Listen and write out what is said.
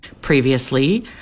Previously